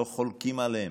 לא חולקים עליהן,